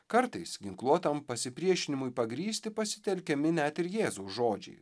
kartais ginkluotam pasipriešinimui pagrįsti pasitelkiami net ir jėzaus žodžiai